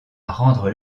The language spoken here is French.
rendre